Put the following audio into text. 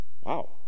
Wow